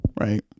right